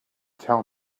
tell